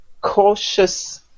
cautious